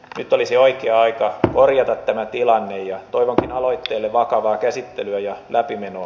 nyt olisi oikea aika korjata tämä tilanne ja toivonkin aloitteelle vakavaa käsittelyä ja läpimenoa